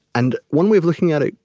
and one way of looking at it,